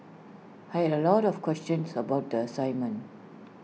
I had A lot of questions about the assignment